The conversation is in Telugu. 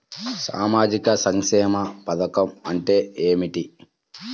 సామాజిక సంక్షేమ పథకం అంటే ఏమిటి?